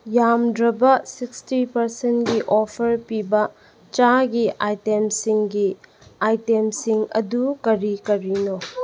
ꯌꯥꯝꯗ꯭ꯔꯕ ꯁꯤꯛꯁꯇꯤ ꯄꯥꯔꯁꯦꯟꯒꯤ ꯑꯣꯐꯔ ꯄꯤꯕ ꯆꯥꯒꯤ ꯑꯥꯏꯇꯦꯝꯁꯤꯡꯒꯤ ꯑꯥꯏꯇꯦꯝꯁꯤꯡ ꯑꯗꯨ ꯀꯔꯤ ꯀꯔꯤꯅꯣ